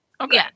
Okay